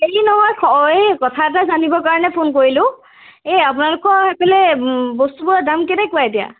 হেৰি নহয় এই কথা এটা জানিবৰ কাৰণে ফোন কৰিলোঁ এই আপোনালোকৰ সেইফালে বস্তুবোৰৰ দাম কেনেকুৱা এতিয়া